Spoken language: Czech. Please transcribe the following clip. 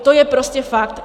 To je prostě fakt.